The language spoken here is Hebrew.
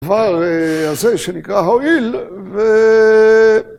דבר הזה שנקרא הואיל, ו...